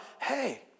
hey